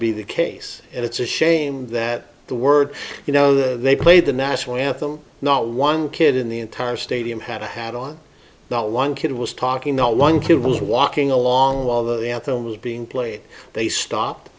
be the case and it's a shame that the word you know they played the national anthem not one kid in the entire stadium had a hat on not one kid was talking not one kid was walking along while the anthem was being played they stopped